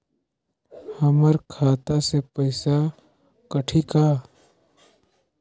हमर खाता से पइसा कठी का?